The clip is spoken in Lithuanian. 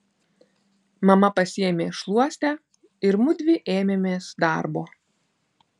mama pasiėmė šluostę ir mudvi ėmėmės darbo